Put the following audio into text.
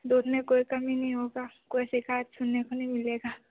दूध में कोई कमी नहीं होगा कोई शिकायत सुनने को नहीं मिलेगा